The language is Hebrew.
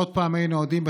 עוד פעם היינו עדים,